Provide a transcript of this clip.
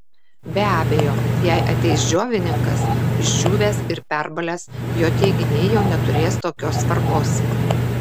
be abejo jei ateis džiovininkas išdžiūvęs ir perbalęs jo teiginiai jau neturės tokios svarbos